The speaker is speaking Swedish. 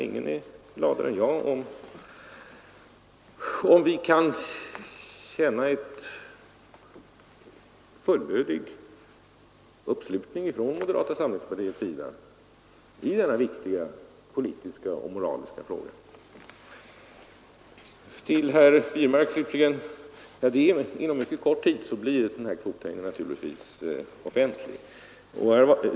Ingen är gladare än jag om vi kan känna en fullödig uppslutning från moderata samlingspartiets sida i denna viktiga politiska och moraliska fråga. Till herr Wirmark vill jag slutligen säga att kvoteringen naturligtvis blir offentlig inom mycket kort tid.